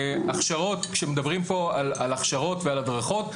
הכשרות כשמדברים פה על הכשרות ועל הדרכות,